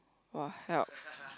!wah! help